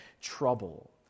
trouble